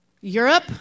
Europe